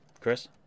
Chris